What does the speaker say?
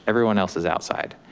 everyone else is outside.